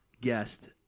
guest